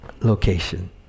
location